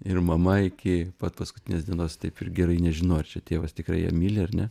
ir mama iki pat paskutinės dienos taip ir gerai nežinojo ar čia tėvas tikrai ją myli ar ne